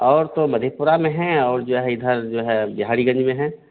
और तो मधेपुरा में है और जो है इधर जो है बिहारीगन्ज में है